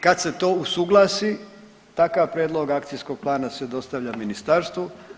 Kad se to usuglasi takav prijedlog akcijskog plana se dostavlja ministarstvu.